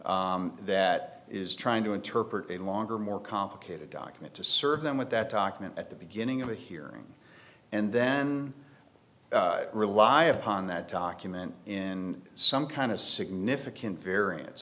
document that is trying to interpret a longer more complicated document to serve them with that document at the beginning of the hearing and then rely upon that document in some kind of significant varian